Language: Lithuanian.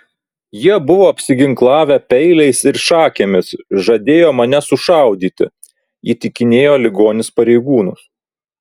jie buvo apsiginklavę peiliais ir šakėmis žadėjo mane sušaudyti įtikinėjo ligonis pareigūnus